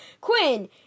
Quinn